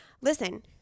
listen